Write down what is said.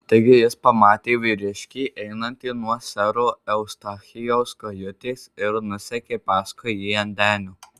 taigi jis pamatė vyriškį einantį nuo sero eustachijaus kajutės ir nusekė paskui jį ant denio